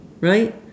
Right